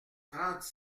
trente